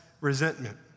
resentment